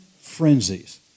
frenzies